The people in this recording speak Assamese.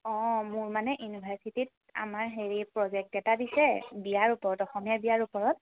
অঁ মোৰ মানে ইউনিভাৰ্চিটিত আমাৰ হেৰি প্ৰজেক্ট এটা দিছে বিয়া ওপৰত অসমীয়া বিয়াৰ ওপৰত